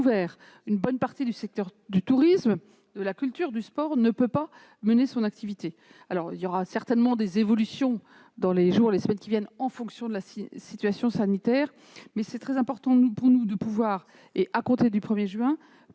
une bonne partie des secteurs du tourisme, de la culture, du sport ne peuvent pas reprendre leur activité. Il y aura certainement des évolutions dans les jours et les semaines qui viennent, en fonction de la situation sanitaire, mais il est très important pour nous de pouvoir, à compter du 1 juin,